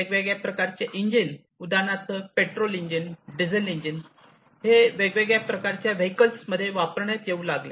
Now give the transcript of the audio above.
वेगवेगळ्या प्रकारचे इंजिन उदाहरणार्थ पेट्रोल इंजिन डिझेल इंजिन हे वेगवेगळ्या प्रकारच्या वेहिकल्स मध्ये वापरण्यात येऊ लागले